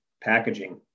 packaging